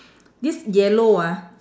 this yellow ah